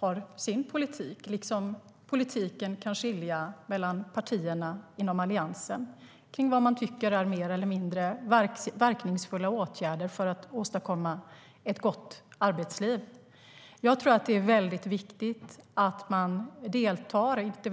har sin egen politik som parti, liksom politiken kan skilja mellan partierna i Alliansen när det gäller vad man menar är mer eller mindre verkningsfulla åtgärder för att åstadkomma ett gott arbetsliv. Jag tror att det är viktigt att man deltar.